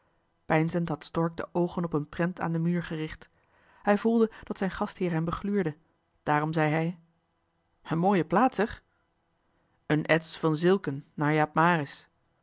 peinzend had stork de oogen op een prent aan den muur gericht hij voelde dat zijn gastheer hem begluurde daarom zei hij een mooie plaat zeg een ets van zilcken naar jaap